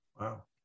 wow